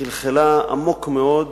חלחלה עמוק מאוד,